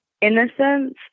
innocence